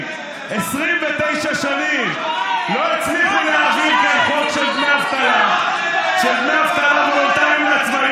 הרבה מאוד שנים ניסו להעביר את הדברים האלה ולא הצליחו.